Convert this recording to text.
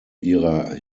ihrer